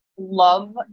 love